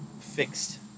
fixed